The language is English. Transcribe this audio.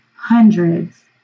hundreds